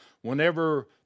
whenever